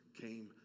came